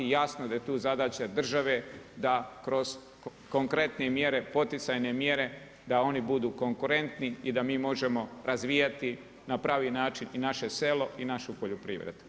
I jasno da je tu zadaća države da kroz konkretne poticajne mjere da oni budu konkurentni i da mi možemo razvijati na pravi način naše selo i našu poljoprivredu.